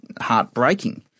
heartbreaking